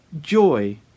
joy